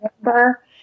remember